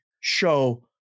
show